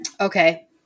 Okay